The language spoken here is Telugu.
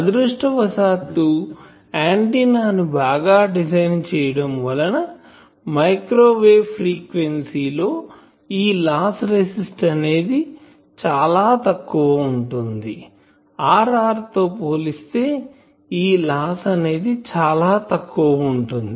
అదృష్టవశాత్తు ఆంటిన్నా ను బాగా డిజైన్ చేయడం వలన మైక్రోవేవ్ ఫ్రీక్వెన్సీ లో ఈ లాస్ రెసిస్టెన్సు అనేది చాలా చాలా తక్కువ ఉంటుంది Rr తో పోలిస్తే ఈ లాస్ అనేది చాలా తక్కువ ఉంటుంది